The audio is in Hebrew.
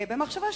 במחשבה,